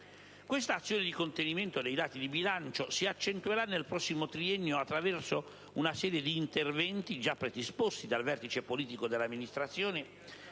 Quest'azione di contenimento dei dati di bilancio si accentuerà nel prossimo triennio attraverso una serie di interventi, già predisposti dal vertice politico dell'Amministrazione,